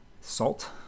salt